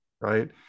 Right